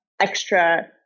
extra